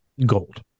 gold